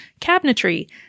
cabinetry